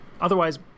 Otherwise